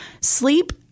Sleep